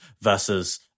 versus